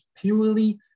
purely